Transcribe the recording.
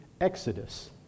exodus